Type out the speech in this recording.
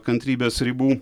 kantrybės ribų